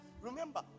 Remember